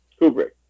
Kubrick